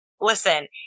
listen